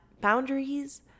boundaries